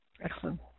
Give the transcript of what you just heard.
Excellent